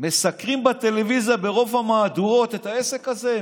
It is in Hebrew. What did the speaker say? מסקרים בטלוויזיה ברוב המהדורות את העסק הזה,